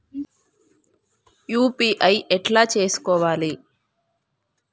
UPI ఎట్లా చేసుకోవాలి?